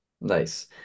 Nice